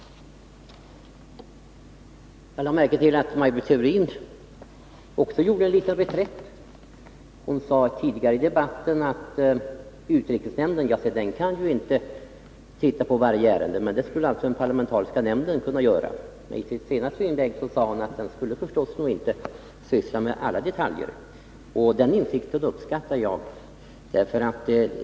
Jag lade märke till att Maj Britt Theorin också gjorde en liten reträtt. Hon sade tidigare i debatten att utrikesnämnden ju inte kan titta på varje ärende. Det skulle däremot den parlamentariska nämnden kunna göra. Men i sitt senaste inlägg sade hon att den förstås inte skulle syssla med alla detaljer. Den insikten uppskattar jag.